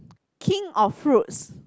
king of fruits